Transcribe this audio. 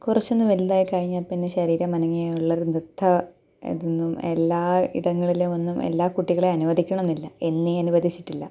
കുറച്ച് ഒന്ന് വലുതായി കഴിഞ്ഞാൽ പിന്നെ ശരീരം അനങ്ങിയുള്ള ഒരു നൃത്ത ഇതൊന്നും എല്ലാ ഇടങ്ങളിലുമൊന്നും എല്ലാ കുട്ടികളേയും അനുവനുവദിക്കണമെന്നില്ല എന്നേയും അനുവദിച്ചിട്ടില്ല